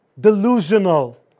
delusional